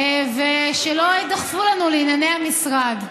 ושלא יידחפו לנו לענייני המשרד.